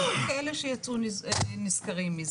יש כאלה שיצאו נשכרים מזה.